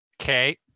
Okay